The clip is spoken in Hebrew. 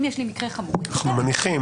אם יש לי מקרה חמור --- אנחנו מניחים,